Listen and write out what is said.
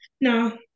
No